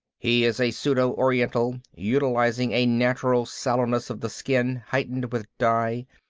he is a pseudo-oriental, utilizing a natural sallowness of the skin heightened with dye.